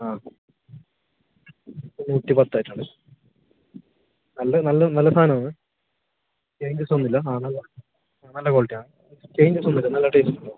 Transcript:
ആ ഇപ്പോൾ നൂറ്റിപ്പത്തായിട്ടുണ്ട് നല്ല നല്ല നല്ല സാധനമാണ് ചേഞ്ച്സ് ഒന്നുവില്ല ആ നല്ല നല്ല ക്വാളിറ്റിയാണ് ചേഞ്ച്സൊന്നുവില്ല നല്ല ടേസ്റ്റുണ്ടാവും